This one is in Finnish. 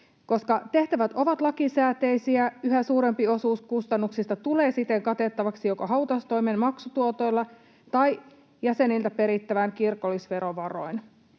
Koska tehtävät ovat lakisääteisiä, yhä suurempi osuus kustannuksista tulee siten katettavaksi joko hautaustoimen maksutuotoilla tai jäseniltä perittävin kirkollisverovaroin.